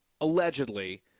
Allegedly